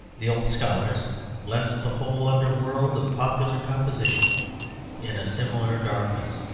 the old scholars left the whole under-world of popular compositions in a similar darkness.